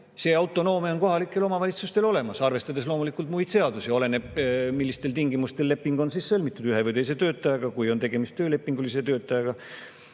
See autonoomia on kohalikel omavalitsustel olemas, arvestades loomulikult muid seadusi. Oleneb, millistel tingimustel leping on sõlmitud ühe või teise töötajaga, kui on tegemist töölepingulise töötajaga.